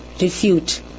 refute